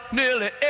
nearly